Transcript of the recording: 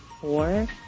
four